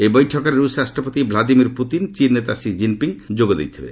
ଏହି ବୈଠକରେ ରୂଷ୍ ରାଷ୍ଟ୍ରପତି ଭ୍ରାଦିମିର୍ ପୁତିନ ଚୀନ୍ ନେତା ଷି ଜିନ୍ପିଙ୍ଗ୍ ଯୋଗ ଦେଇଥିଲେ